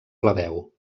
plebeu